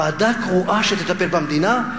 ועדה קרואה שתטפל במדינה.